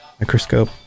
Microscope